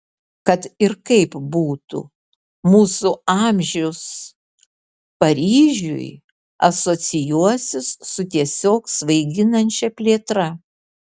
kad ir kaip būtų mūsų amžius paryžiui asocijuosis su tiesiog svaiginančia plėtra